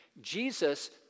Jesus